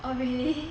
oh really